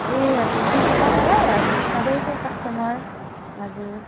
ए हजुर चिन्नु भयो मलाई हजुर सधैँको कस्टमर हजुर